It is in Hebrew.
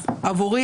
עבורי,